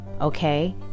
okay